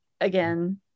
again